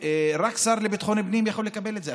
ורק השר לביטחון פנים יכול לקבל את זה,